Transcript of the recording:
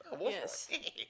Yes